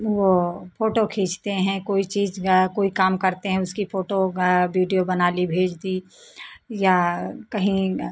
वो फोटो खींचते हैं कोई चीज का कोई काम करते हैं उसकी फोटो बीडीयो बना ली भेज दी या कहीं